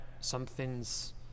something's